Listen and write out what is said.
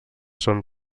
són